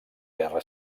guerra